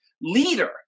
leader